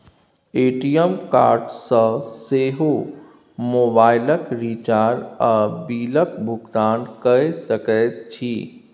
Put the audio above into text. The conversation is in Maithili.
ए.टी.एम कार्ड सँ सेहो मोबाइलक रिचार्ज आ बिलक भुगतान कए सकैत छी